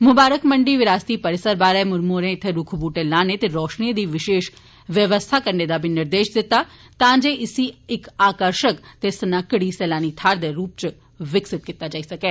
मुबारकमंडी बिरासती परिसर बारै मुर्मू होरें इत्थे रूख बूहटें लाने ते रोशनिए दी विशेष व्यवस्था करने दा बी निर्देश दित्ता तां जे इसी इक आकर्षक ते सनाहखड़ी सैलानी थाहरै दे रूपै च विकसित कीता जाई सकै